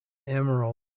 emerald